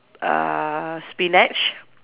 uh spinach